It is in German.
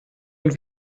und